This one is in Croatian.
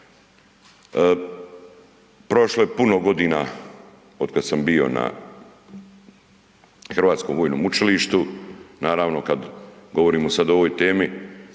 Prošlo je puno godina od kada sam bio na Hrvatskom vojnom učilištu, naravno kad govorimo sada o ovoj temi